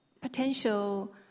potential